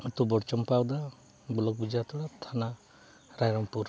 ᱟᱹᱛᱩ ᱵᱚᱲ ᱪᱟᱢᱯᱟᱣᱫᱟ ᱵᱞᱚᱠ ᱵᱮᱡᱤᱭᱟᱛᱳᱲᱟ ᱛᱷᱟᱱᱟ ᱨᱟᱭᱨᱚᱝᱯᱩᱨ